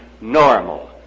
normal